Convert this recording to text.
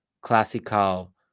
classical